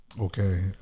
Okay